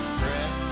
friend